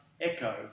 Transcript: echo